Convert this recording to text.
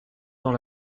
dans